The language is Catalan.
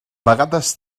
vegades